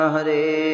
Hare